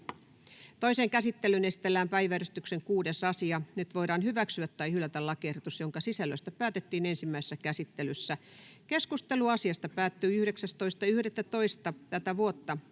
Toiseen käsittelyyn esitellään päiväjärjestyksen 6. asia. Nyt voidaan hyväksyä tai hylätä lakiehdotus, jonka sisällöstä päätettiin ensimmäisessä käsittelyssä. Keskustelu asiasta päättyi 19.11.2024